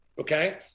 Okay